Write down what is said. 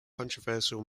controversial